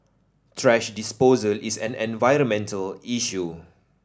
thrash disposal is an environmental issue